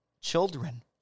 Children